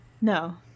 no